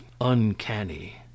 uncanny